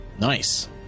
Nice